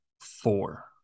four